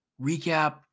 recap